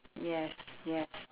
yes yes